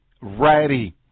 ready